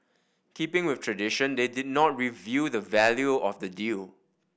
keeping with tradition they did not reveal the value of the deal